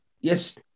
yes